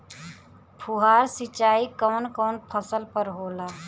फुहार सिंचाई कवन कवन फ़सल पर होला?